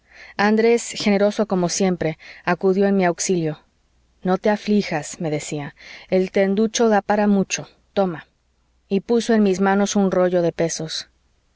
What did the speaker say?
andrés generoso como siempre acudió en mi auxilio no te aflijas me decía el tenducho da para mucho toma y puso en mis manos un rollo de pesos